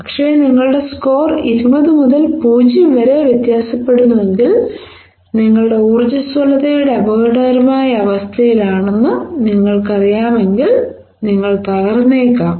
പക്ഷേ നിങ്ങളുടെ സ്കോർ ഇരുപത് മുതൽ പൂജ്യം വരെ വ്യത്യാസപ്പെടുന്നുവെങ്കിൽ നിങ്ങളുടെ ഉർജ്ജസ്വലതയുടെ അപകടകരമായ അവസ്ഥയിലാണെന്ന് നിങ്ങൾക്കറിയാമെങ്കിൽ നിങ്ങൾ തകർന്നേക്കാം